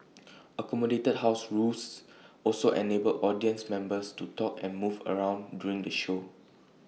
accommodated house rules also enabled audience members to talk and move around during the show